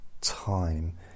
time